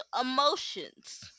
emotions